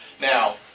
Now